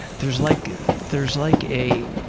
there's like there's like a.